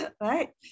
right